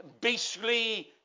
beastly